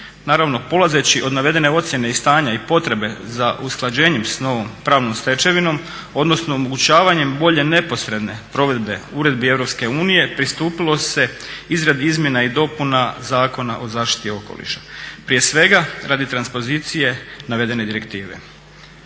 Naravno polazeći od navedene ocjene i stanja i potrebe za usklađenje s novom pravnom stečevinom odnosno omogućavanjem bolje neposredne provedbe uredbi EU pristupilo se izradi izmjena i dopuna Zakona o zaštiti okoliša, prije svega radi transpozicije navedene direktive.